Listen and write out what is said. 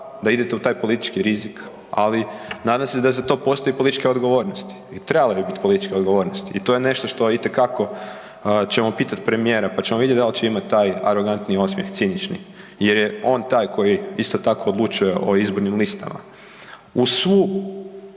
da idete u taj politički rizik, ali nadam se da za to postoji političke odgovornosti i trebalo bi bit političke odgovornosti i to je nešto što itekako ćemo pitat premijera, pa ćemo vidjet dal će imat taj arogantni osmjeh, cinični jer je on taj koji isto tako odlučuje o izbornim listama uz svu